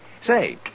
Say